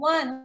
One